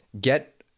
Get